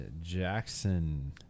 jackson